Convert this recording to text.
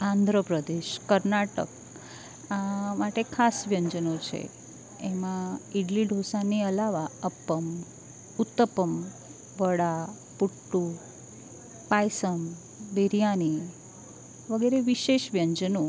આંધ્ર પ્રદેશ કર્ણાટક માટે ખાસ વ્યંજનો છે એમાં ઇડલી ઢોંસાની અલાવા અપમ ઉત્તપમ વડા પૂટુ પાયસન બિરયાની વગેરે વિશેષ વ્યંજનો